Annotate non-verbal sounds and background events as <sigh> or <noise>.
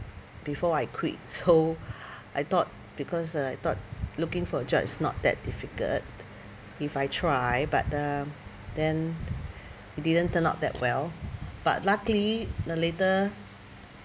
before I quit so <laughs> <breath> I thought because uh I thought looking for job is not that difficult if I try but um then <breath> it didn't turn out that well but luckily the later